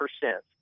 percent